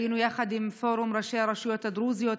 היינו יחד עם פורום ראשי הרשויות הדרוזיות,